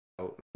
out